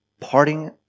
parting